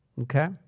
Okay